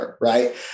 right